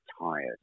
tired